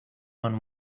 one